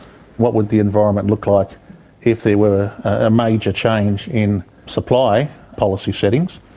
what would the environment look like if there were a major change in supply policy settings,